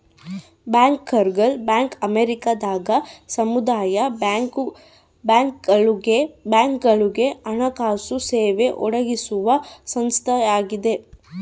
ಬ್ಯಾಂಕರ್ಗಳ ಬ್ಯಾಂಕ್ ಅಮೇರಿಕದಾಗ ಸಮುದಾಯ ಬ್ಯಾಂಕ್ಗಳುಗೆ ಹಣಕಾಸು ಸೇವೆ ಒದಗಿಸುವ ಸಂಸ್ಥೆಯಾಗದ